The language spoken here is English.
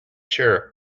chair